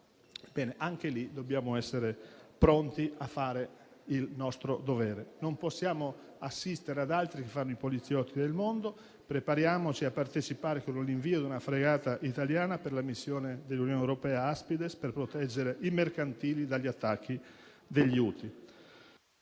Ebbene, anche lì dobbiamo essere pronti a fare il nostro dovere. Non possiamo assistere ad altri che fanno i poliziotti del mondo. Prepariamoci a partecipare con l'invio di una fregata italiana per la missione dell'Unione europea Aspides per proteggere i mercantili dagli attacchi degli Houthi.